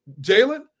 Jalen